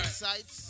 sites